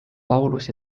paulus